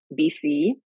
BC